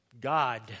God